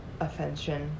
offension